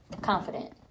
Confident